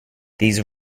these